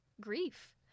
grief